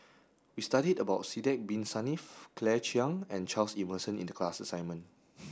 we studied about Sidek bin Saniff Claire Chiang and Charles Emmerson in the class assignment